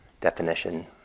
definition